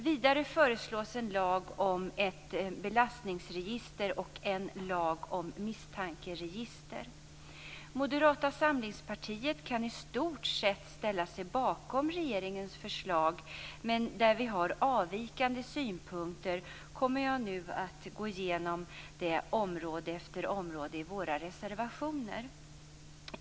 Vidare föreslås en lag om ett belastningsregister och en lag om misstankeregister. Moderata samlingspartiet kan i stort sett ställa sig bakom regeringens förslag, men på de områden där vi har avvikande synpunkter kommer jag nu att gå igenom våra reservationer.